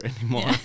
anymore